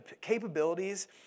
capabilities